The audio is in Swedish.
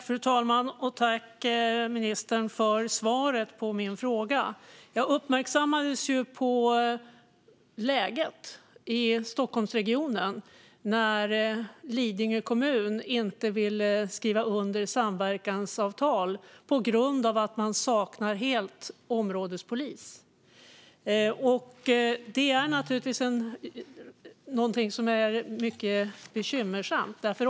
Fru talman! Tack, ministern, för svaret på min fråga! Jag uppmärksammades på läget i Stockholmsregionen när Lidingö kommun inte ville skriva under samverkansavtal på grund av att man helt saknar områdespolis. Det är naturligtvis någonting som är mycket bekymmersamt.